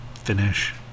finish